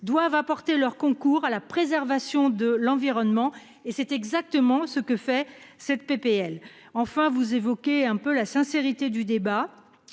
doivent apporter leur concours à la préservation de l'environnement et c'est exactement ce que fait cette PPL enfin vous évoquez un peu la sincérité du débat.